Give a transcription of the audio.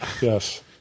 Yes